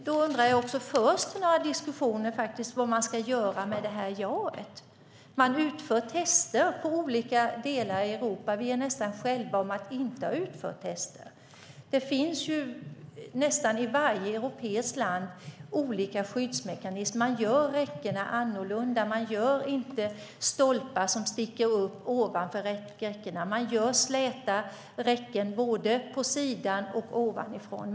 Då undrar jag: Förs det några diskussioner om hur man ska göra med detta ja? Det utförs tester i olika delar av Europa. Vi är nästan ensamma om att inte ha utfört tester. I nästan varje europeiskt land finns det olika skyddsmekanismer. Man gör räckena annorlunda. Man gör inte stolpar som sticker upp ovanför räckena. Man gör räcken som är släta både på sidan och ovanifrån.